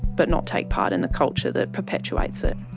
but not take part in the culture that perpetuates it.